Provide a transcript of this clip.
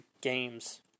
games